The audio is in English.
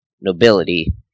nobility